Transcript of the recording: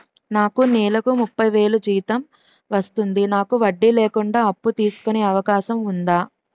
నాకు నేలకు ముప్పై వేలు జీతం వస్తుంది నాకు వడ్డీ లేకుండా అప్పు తీసుకునే అవకాశం ఉందా